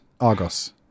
Argos